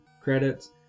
credits